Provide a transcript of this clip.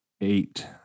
eight